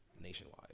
nationwide